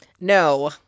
no